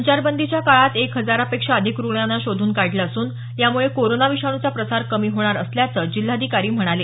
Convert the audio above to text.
संचारबंदीच्या काळात एक हजारापेक्षा अधिक रुग्णांना शोधून काढलं असून यामुळे कोरोना विषाणूचा प्रसार कमी होणार असल्याचं जिल्हाधिकारी म्हणाले